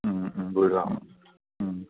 അമ്പൂരിയാണ്